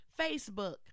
Facebook